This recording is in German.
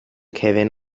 kevin